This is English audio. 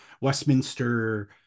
Westminster